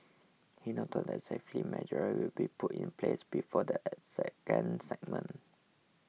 he noted that safety measures will be put in place before the second segment